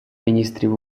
міністрів